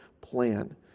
plan